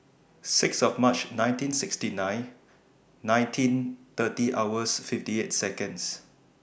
six of March nineteen sixty nine nineteen thirty hours fifty eight Seconds